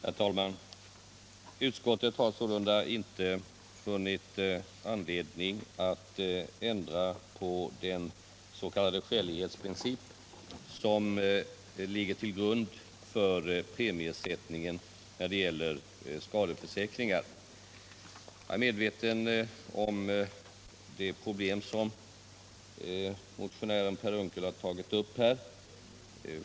Herr talman! Utskottet har inte funnit anledning att ändra på den s.k. skälighetsprincip som ligger till grund för premiesättningen för skadeförsäkringar. Jag är medveten om de problem som motionären Per Unckel tagit upp.